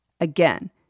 Again